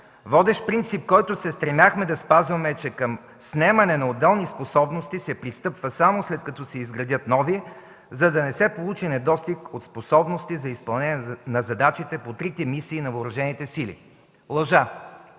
„Водещ принцип, който се стремяхме да спазваме, е, че към снемане на отделни способности се пристъпва само, след като се изградят нови, за да не се получи недостиг от способности за изпълнение на задачите в открити мисии на въоръжените сили” – лъжа!